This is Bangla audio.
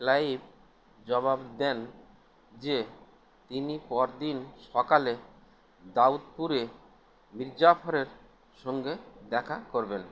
ক্লাইভ জবাব দেন যে তিনি পর দিন সকালে দাউদপুরে মীরজাফরের সঙ্গে দেখা করবেন